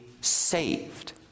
saved